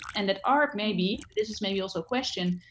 and that art may be, this is maybe also a question,